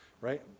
right